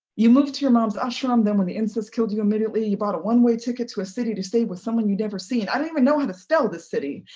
you moved to your mom's ashram, then when the incense killed you immediately, you bought a one-way ticket to a city to stay with someone you'd never seen. i don't even know how to spell this city!